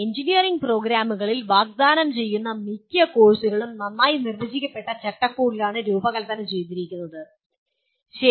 engineering പ്രോഗ്രാമുകളിൽ വാഗ്ദാനം ചെയ്യുന്ന മിക്ക കോഴ്സുകളും നന്നായി നിർവചിക്കപ്പെട്ട ചട്ടക്കൂടുകളിലാണ് രൂപകൽപ്പന ചെയ്തിരിക്കുന്നത് ശരി